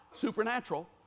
supernatural